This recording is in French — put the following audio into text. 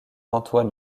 antoine